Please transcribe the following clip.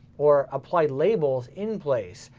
or apply labels in place,